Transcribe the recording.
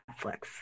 Netflix